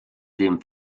dem